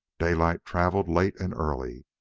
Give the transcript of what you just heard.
daylight travelled late and early,